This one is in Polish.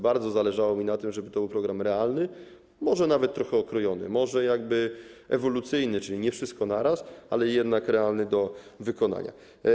Bardzo zależało mi na tym, żeby to był program realny, może nawet trochę okrojony, może ewolucyjny, czyli nie wszystko będzie naraz, ale jednak realny do wykonania.